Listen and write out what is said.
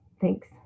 thanks